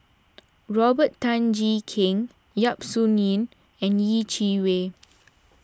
Robert Tan Jee Keng Yap Su Yin and Yeh Chi Wei